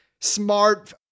smart